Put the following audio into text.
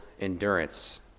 endurance